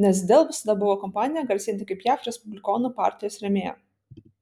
nes dell visada buvo kompanija garsėjanti kaip jav respublikonų partijos rėmėja